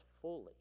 fully